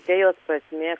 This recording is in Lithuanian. kokia jos prasmė